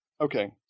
okay